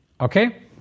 Okay